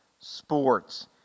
Sports